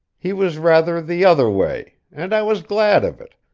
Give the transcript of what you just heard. he was rather the other way, and i was glad of it,